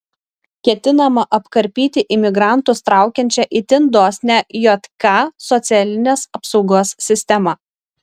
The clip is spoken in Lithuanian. ketinama apkarpyti imigrantus traukiančią itin dosnią jk socialinės apsaugos sistemą